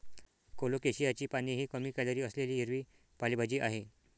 कोलोकेशियाची पाने ही कमी कॅलरी असलेली हिरवी पालेभाजी आहे